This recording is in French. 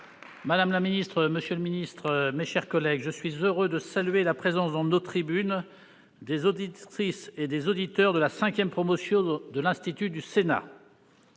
Madame la ministre, monsieur le secrétaire d'État, mes chers collègues, je suis heureux de saluer la présence, dans nos tribunes, des auditrices et des auditeurs de la cinquième promotion de l'Institut du Sénat.